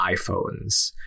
iPhones